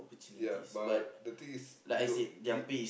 ya but the thing is you we